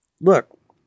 look